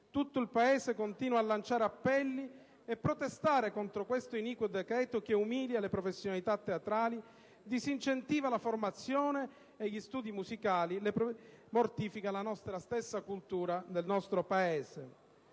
Tutto il Paese continua a lanciare appelli e a protestare contro questo iniquo decreto che umilia le professionalità teatrali, disincentiva la formazione e gli studi musicali, ma soprattutto mortifica la nostra stessa cultura. Ribadiamo